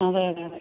അതെ അതെ അതെ